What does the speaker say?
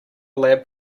lab